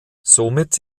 somit